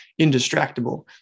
indistractable